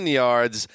yards